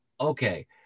Okay